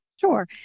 Sure